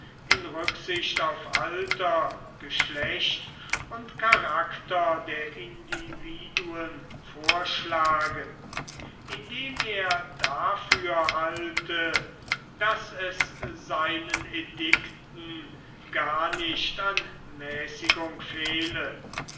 in rücksicht auf alter geschlecht und charakter der individuen vorgeschlagen indem er dafür halte daß es seinen edikten gar nicht an mäßigung fehle